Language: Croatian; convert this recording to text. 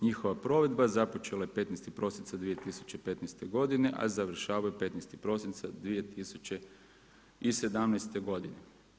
Njihova provedba započela je 15. prosinca 2015. godine, a završava 15. prosinca 2017. godine.